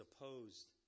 opposed